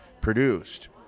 produced